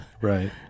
Right